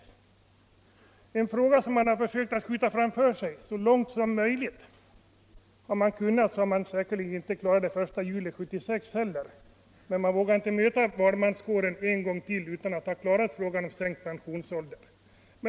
Det är en fråga som man har skjutit framför sig. Om det varit möjligt hade man säkerligen inte gjort någonting för att klara det till den 1 juli 1976 heller, men man vågade inte från socialdemokraterna möta valmanskåren en gång till utan att ha löst frågan om sänkt pensionsålder.